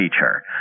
feature